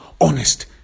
honest